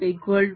dl